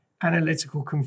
analytical